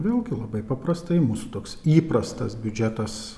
vėlgi labai paprastai mūsų toks įprastas biudžetas